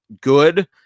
good